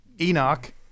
Enoch